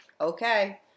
Okay